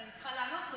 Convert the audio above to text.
אבל אני צריכה לענות לו.